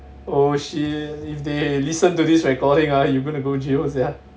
oh shit if they listen to this recording ah you gonna go jail sia